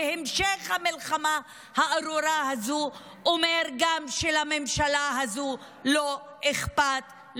והמשך המלחמה הארורה הזו אומרים שלממשלה הזו גם לא אכפת,